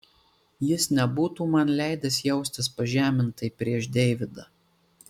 jis nebūtų man leidęs jaustis pažemintai prieš deividą